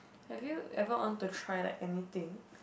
have you ever want to try like anything